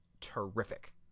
terrific